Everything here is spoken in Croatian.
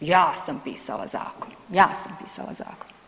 Ja sam pisala zakon, ja sam pisala zakon!